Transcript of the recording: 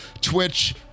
twitch